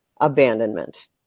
abandonment